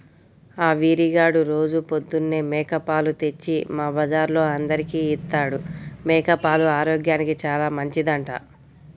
ఆ వీరిగాడు రోజూ పొద్దన్నే మేక పాలు తెచ్చి మా బజార్లో అందరికీ ఇత్తాడు, మేక పాలు ఆరోగ్యానికి చానా మంచిదంట